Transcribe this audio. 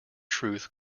truth